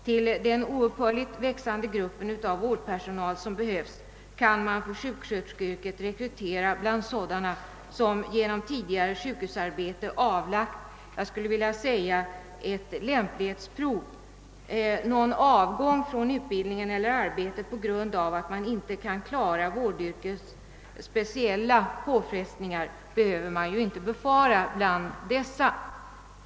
Till den oupphörligt växande gruppen av vårdpersonal som behövs kan man för sjuksköterskeyrket rekrytera bl.a. sådana som genom tidigare sjukhusarbete avlagt, jag skulle vilja säga ett lämplighetsprov. Någon avgång från utbildningen eller arbetet på grund av att man inte kan klara vårdyrkets speciella påfrestningar behöver man ju inte befara bland dessa.